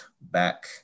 back